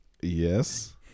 Yes